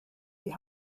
die